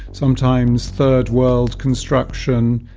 sometimes third-world construction,